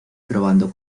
probando